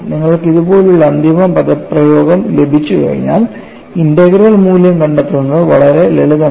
നിങ്ങൾക്ക് ഇതുപോലുള്ള അന്തിമ പദപ്രയോഗം ലഭിച്ചുകഴിഞ്ഞാൽ ഇന്റഗ്രൽ മൂല്യം കണ്ടെത്തുന്നത് വളരെ ലളിതമാണ്